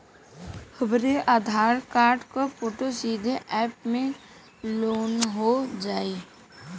हमरे आधार कार्ड क फोटो सीधे यैप में लोनहो जाई?